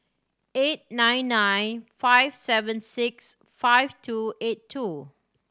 eight nine nine five seven six five two eight two